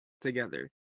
together